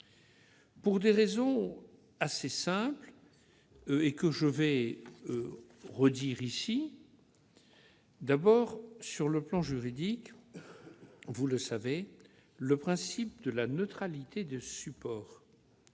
pour des raisons assez simples et que je vais redire ici. Sur le plan juridique, vous le savez, le principe de la neutralité de support